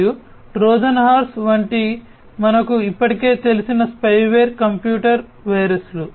మరియు Trojan horse వంటి మనకు ఇప్పటికే తెలిసిన స్పైవేర్ కంప్యూటర్ వైరస్లు